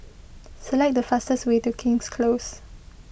select the fastest way to King's Close